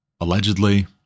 allegedly